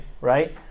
right